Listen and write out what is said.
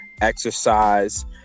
exercise